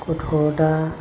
गथ' दा